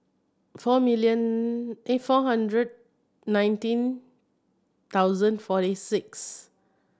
four million four hundred nineteen thousand forty six